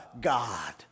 God